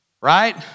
Right